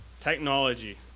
Technology